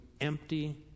empty